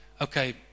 okay